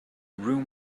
room